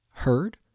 heard